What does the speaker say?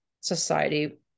Society